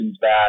back